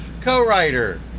co-writer